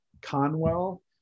Conwell